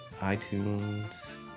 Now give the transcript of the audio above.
iTunes